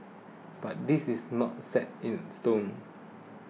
but this is not set in stone